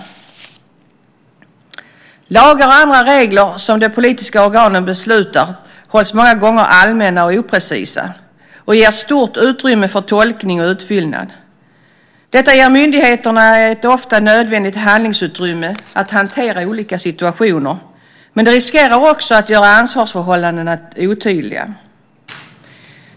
Lagar och andra regler som de politiska organen beslutar hålls många gånger allmänna och oprecisa och ger stort utrymme för tolkning och utfyllnad. Detta ger myndigheterna ett ofta nödvändigt handlingsutrymme att hantera olika situationer, men det riskerar också att göra ansvarsförhållandena otydliga.